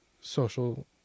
social